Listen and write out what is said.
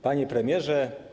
Panie Premierze!